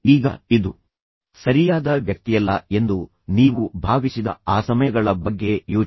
ಈಗ ಇದು ಸರಿಯಾದ ವ್ಯಕ್ತಿಯಲ್ಲ ಎಂದು ನೀವು ಭಾವಿಸಿದ ಆ ಸಮಯಗಳ ಬಗ್ಗೆ ಯೋಚಿಸಿ